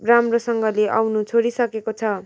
राम्रोसँगले आउन छोडिसकेको छ